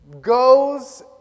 goes